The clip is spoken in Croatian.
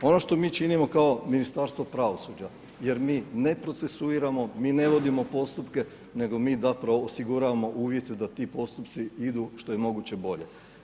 Ono što mi činimo kao Ministarstvo pravosuđa, jer mi ne procesuiramo, mi ne vodimo postupke, nego mi zapravo osiguravamo uvjete da ti postupci idu što je moguće bolje.